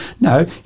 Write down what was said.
No